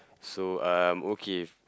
so um okay